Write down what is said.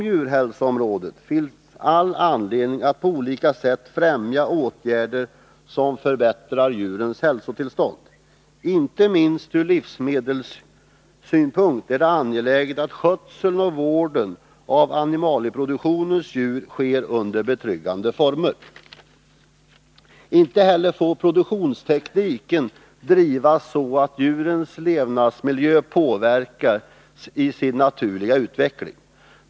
Det finns all anledning att på olika sätt främja åtgärder som förbättrar djurens hälsotillstånd. Inte minst ur livsmedelssynpunkt är det angeläget att skötseln och vården av animalieproduktionens djur sker under betryggande former. Inte heller får produktionstekniken drivas så, att djurens levnadsmiljö påverkas i sin naturliga utveckling.